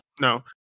No